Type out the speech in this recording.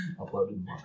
Uploaded